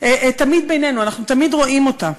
תמיד בינינו, אנחנו תמיד רואים אותה.